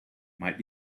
might